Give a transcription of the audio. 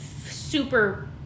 super